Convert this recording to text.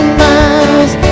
miles